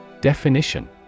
Definition